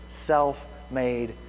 Self-Made